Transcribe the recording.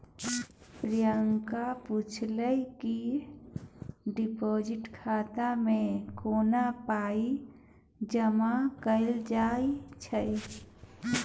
प्रियंका पुछलकै कि डिपोजिट खाता मे कोना पाइ जमा कयल जाइ छै